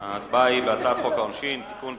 ההצבעה על הצעת חוק העונשין (תיקון,